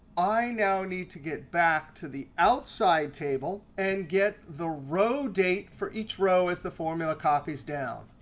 i now need to get back to the outside table and get the row date for each row as the formula copies down.